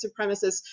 supremacists